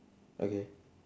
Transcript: okay